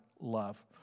love